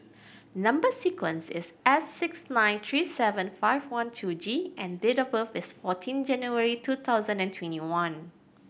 number sequence is S six nine three seven five one two G and date of birth is fourteen January two thousand and twenty one